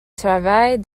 travaille